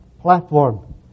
platform